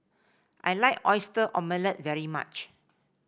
I like Oyster Omelette very much